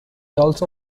also